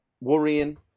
worrying